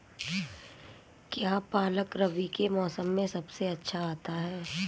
क्या पालक रबी के मौसम में सबसे अच्छा आता है?